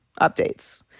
updates